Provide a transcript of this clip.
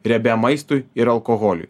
riebiam maistui ir alkoholiui